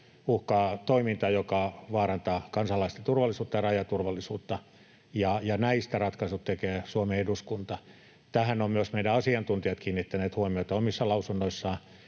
uhkaa toiminta, joka vaarantaa kansalaisten turvallisuutta ja rajaturvallisuutta, ja näistä ratkaisut tekee Suomen eduskunta. Tähän ovat myös meidän asiantuntijat kiinnittäneet huomiota omissa lausunnoissaan